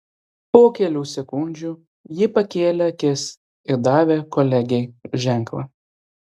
po kelių sekundžių ji pakėlė akis ir davė kolegei ženklą